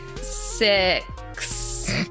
Six